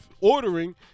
ordering